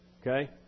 Okay